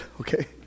okay